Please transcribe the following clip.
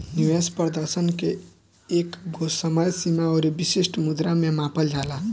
निवेश प्रदर्शन के एकगो समय सीमा अउरी विशिष्ट मुद्रा में मापल जाला